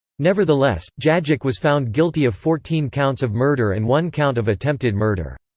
nevertheless, djajic was found guilty of fourteen counts of murder and one count of attempted murder.